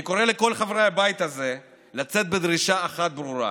אני קורא לכל חברי הבית הזה לצאת בדרישה אחת ברורה: